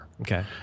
okay